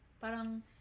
parang